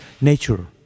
nature